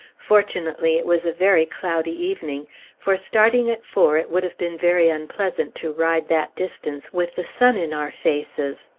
fortunately it was a very cloudy evening for, starting at four, it would have been very unpleasant to ride that distance with the sun in our faces.